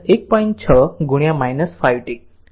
6 5 t volt માટે t 0